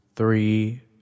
Three